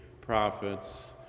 prophets